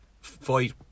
fight